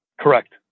Correct